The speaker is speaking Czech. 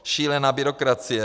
Šílená byrokracie.